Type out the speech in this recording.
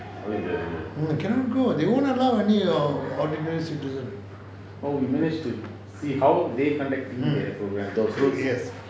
you cannot go they won't allow any of ordinary citizen mm yes